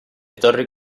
torri